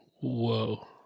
Whoa